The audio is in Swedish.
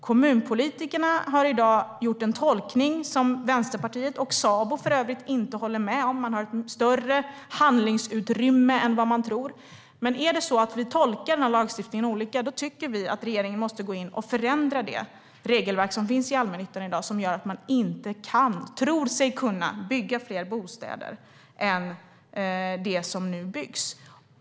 Kommunpolitikerna har i dag gjort en tolkning som Vänsterpartiet och Sabo för övrigt inte håller med om. Man har ett större handlingsutrymme än vad man tror. Men om vi tolkar den här lagstiftningen olika tycker vi att regeringen måste gå in och förändra det regelverk som finns i allmännyttan i dag som gör att man inte tror sig kunna bygga fler bostäder än de som nu byggs.